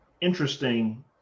interesting